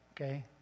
okay